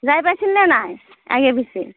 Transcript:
যায় পাইছে নে নাই আগে পিছে